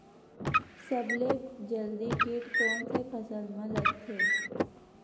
सबले जल्दी कीट कोन से फसल मा लगथे?